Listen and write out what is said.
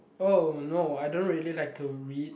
oh no I don't really like to read